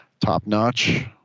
top-notch